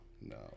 no